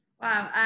Wow